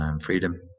freedom